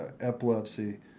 epilepsy –